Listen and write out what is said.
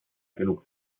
genug